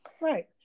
right